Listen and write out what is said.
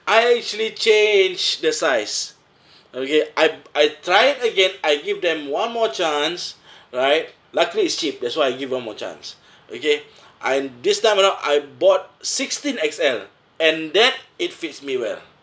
I actually change the size okay I I try it again I give them one more chance right luckily it's cheap that's why I give one more chance okay and this time around I bought sixteen X_L and that it fits me well